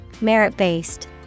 Merit-based